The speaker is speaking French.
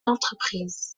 l’entreprise